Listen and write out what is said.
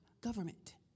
government